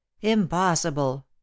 impossible